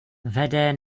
vede